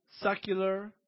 secular